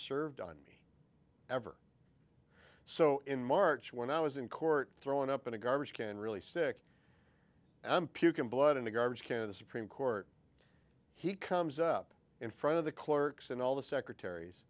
served on me ever so in march when i was in court thrown up in a garbage can really sick i'm puking blood in a garbage can in the supreme court he comes up in front of the clerks and all the secretaries